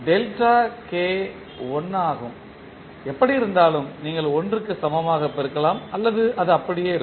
delta k 1 ஆகும் எப்படியிருந்தாலும் நீங்கள் 1 க்கு சமமாக பெருக்கலாம் அல்லது அது அப்படியே இருக்கும்